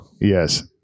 Yes